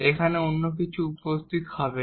এখানে অন্য কিছু উপস্থিত হবে না